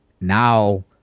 now